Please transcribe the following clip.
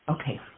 Okay